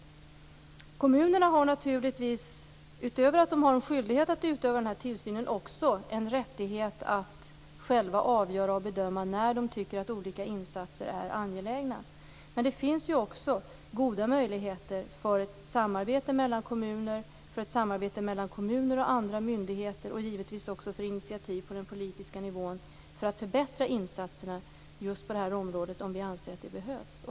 Utöver att de har möjlighet att utöva den här tillsynen har kommunerna naturligtvis också rättighet att själva avgöra och bedöma när de tycker att olika insatser är angelägna. Det finns ju också goda möjligheter för ett samarbete mellan kommuner och mellan kommuner och andra myndigheter och givetvis också för ett initiativ på den politiska nivån för att förbättra insatserna på det här området om vi anser att det behövs.